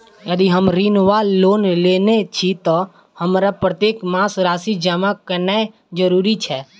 यदि हम ऋण वा लोन लेने छी तऽ हमरा प्रत्येक मास राशि जमा केनैय जरूरी छै?